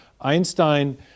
Einstein